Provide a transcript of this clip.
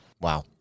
Wow